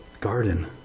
Garden